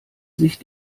sich